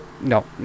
no